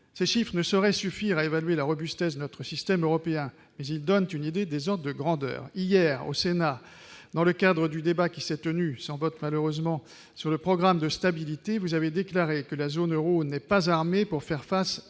ce chiffre ne saurait suffire à évaluer la robustesse de notre système européen mais ils donnent une idée des gens de grandeur hier au Sénat dans le cadre du débat qui s'est tenue sans vote malheureusement sur le programme de stabilité, vous avez déclaré que la zone Euro n'est pas armée pour faire face à ce une